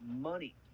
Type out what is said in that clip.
money